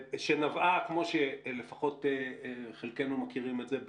כמו שלפחות חלקנו מכירים את זה,